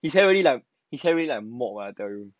his hair really like his hair really like mop ah I tell you